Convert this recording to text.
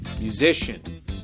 musician